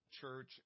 church